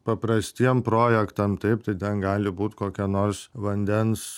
paprastiem projektam taip tai ten gali būt kokia nors vandens